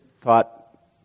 thought